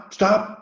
stop